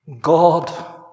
God